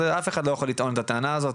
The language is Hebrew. אף אחד לא יכול לטעון את הטענה הזו,